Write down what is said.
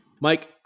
Mike